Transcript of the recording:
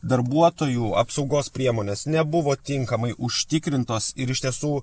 darbuotojų apsaugos priemonės nebuvo tinkamai užtikrintos ir iš tiesų